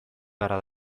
beharra